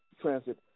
transit